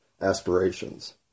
aspirations